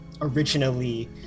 originally